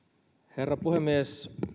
herra puhemies